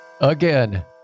Again